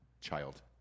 child